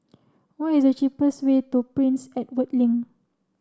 what is the cheapest way to Prince Edward Link